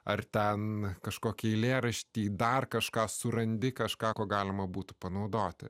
ar ten kažkokį eilėraštį dar kažką surandi kažką ko galima būtų panaudoti